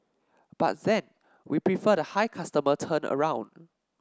but then we prefer the high customer turnaround